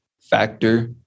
factor